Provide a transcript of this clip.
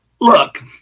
look